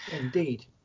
indeed